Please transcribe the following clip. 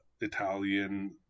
italian